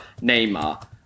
Neymar